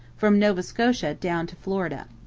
from nova scotia down to florida.